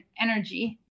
energy